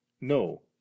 no